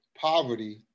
poverty